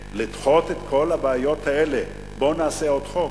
ולדחות את כל הבעיות האלה, בואו נעשה עוד חוק.